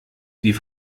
die